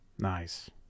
nice